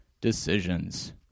Decisions